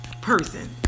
person